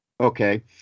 Okay